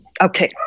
Okay